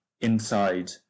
inside